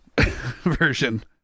version